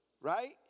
Right